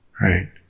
right